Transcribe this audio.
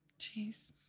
Jeez